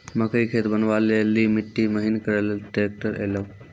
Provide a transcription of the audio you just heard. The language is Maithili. मकई के खेत बनवा ले ली मिट्टी महीन करे ले ली ट्रैक्टर ऐलो?